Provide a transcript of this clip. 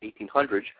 1800s